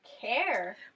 Care